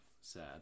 sad